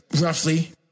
roughly